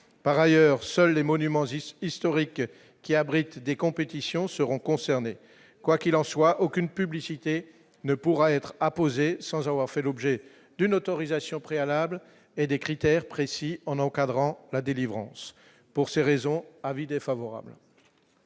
par ailleurs, seuls les monuments This historique qui abrite des compétitions seront concernés, quoi qu'il en soit, aucune publicité ne pourra être apposée sans avoir fait l'objet d'une autorisation préalables et des critères précis, en encadrant la délivrance pour ces raisons avis défavorable.